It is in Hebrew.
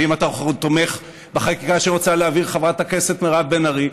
ואם אתה תומך בחקיקה שרוצה להעביר חברת הכנסת מירב בן ארי,